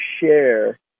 share